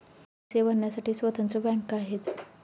पैसे भरण्यासाठी स्वतंत्र बँका आहेत